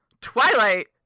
Twilight